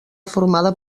formada